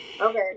Okay